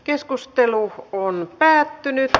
keskustelu päättyi